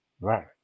Right